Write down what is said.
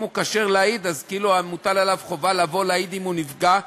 אם הוא כשר להעיד כאילו מוטלת עליו חובה לבוא להעיד אם הוא נפגע,